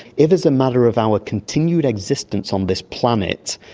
if it's a matter of our continued existence on this planet,